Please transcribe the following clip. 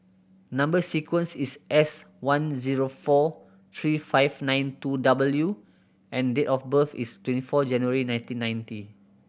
number sequence is S one zero four three five nine two W and date of birth is twenty four January nineteen ninety